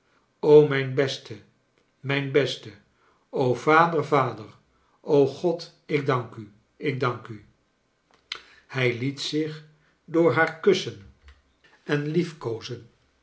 o mijn beste mijn beste o vader vader i o god ik dank u ik dank u i hij liet zich door haar kussen en kleine dorrit liefkoozen